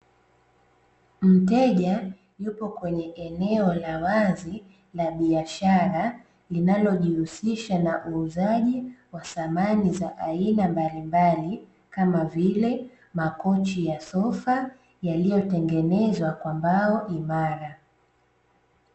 Mteja yupo kwenye eneo la wazi la biashara, linalojihusisha na uuzaji wa samani za aina mbalimbali kama vile, makochi ya sofa yaliyo tengenezwa kwa mbao imara.